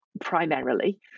Primarily